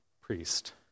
priest